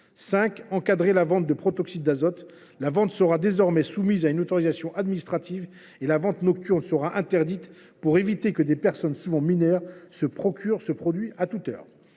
encadrer la vente de protoxyde d’azote : celle ci sera désormais soumise à une autorisation administrative et la vente nocturne sera interdite pour éviter que des personnes, souvent mineures, ne puissent se procurer ce produit à toute heure.